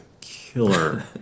killer